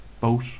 boat